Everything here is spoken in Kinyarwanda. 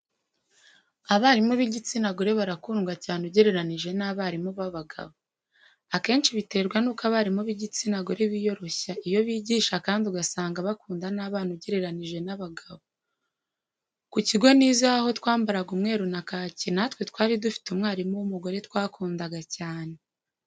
Abarimu b'igitsina gore barakundwa cyane ugereranyije n'abarimu b'abagabo. Akenshi biterwa n'uko abarimu b'igitsina gore biyoroshya iyo bigisha kandi ugasanga bakunda n'abana ugereranyije n'abagabo. Ku kigo nizeho aho twambaraga umweru na kake natwe twari dufite umwarimu w'umugore twakundaga cyane.